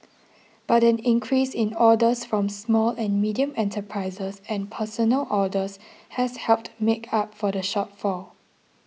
but an increase in orders from small and medium enterprises and personal orders has helped make up for the shortfall